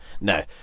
No